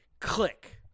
click